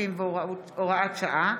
30 והוראת שעה),